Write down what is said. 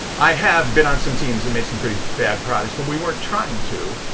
i have been on some teams that made some pretty bad products, but we weren't trying to,